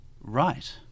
Right